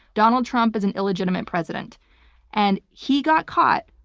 donald trump is an illegitimate president and he got caught.